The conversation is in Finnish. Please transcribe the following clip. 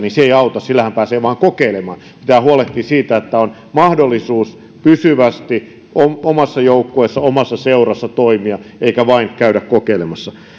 auta sillähän pääsee vain kokeilemaan pitää huolehtia siitä että on mahdollisuus pysyvästi omassa joukkueessa omassa seurassa toimia eikä vain käydä kokeilemassa